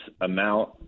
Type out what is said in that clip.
amount